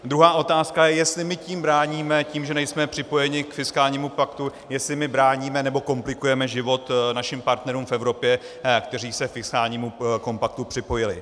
Druhá otázka je, jestli my tím bráníme, tím, že nejsme připojeni k fiskálnímu paktu, jestli my bráníme nebo komplikujeme život našim partnerům v Evropě, kteří se k fiskálnímu kompaktu připojili.